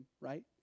right